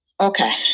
Okay